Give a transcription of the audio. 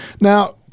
Now